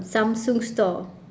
samsung store